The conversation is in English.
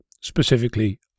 specifically